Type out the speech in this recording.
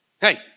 Hey